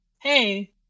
hey